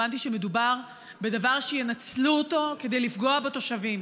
הבנתי שמדובר בדבר שינצלו אותו כדי לפגוע בתושבים.